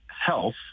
health